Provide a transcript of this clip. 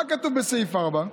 מה כתוב בסעיף 4?